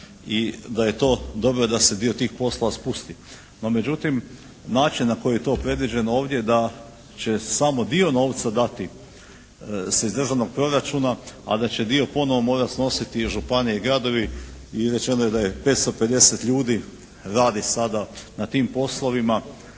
i da je to dobro da se dio tih poslova spusti. No međutim, način na koji je to predviđeno ovdje da će samo dio novca dati se iz državnog proračuna, a da će dio ponovo morati snositi i županije i gradovi i rečeno je da je 550 ljudi radi sada na tim poslovima.